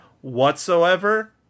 whatsoever